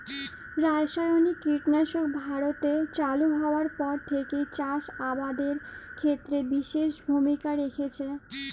রাসায়নিক কীটনাশক ভারতে চালু হওয়ার পর থেকেই চাষ আবাদের ক্ষেত্রে বিশেষ ভূমিকা রেখেছে